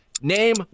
Name